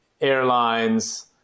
airlines